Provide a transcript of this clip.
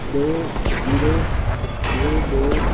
ਦੋ ਜ਼ੀਰੋ ਦੋ ਦੋ